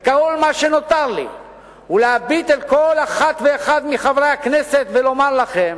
וכל מה שנותר לי הוא להביט אל כל אחת ואחד מחברי הכנסת ולומר לכם